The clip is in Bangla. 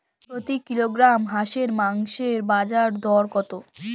প্রতি কিলোগ্রাম হাঁসের মাংসের বাজার দর কত?